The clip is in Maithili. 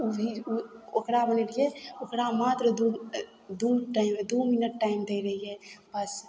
उ भी उ ओकरामे नहि बनेलियै ओकरा मात्र दू दू टाइम दू मिनट दै रहियै बस